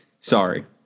sorry